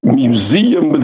museum